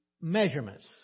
measurements